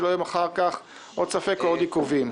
שלא יהיה אחר כך עוד ספק או עוד עיכובים.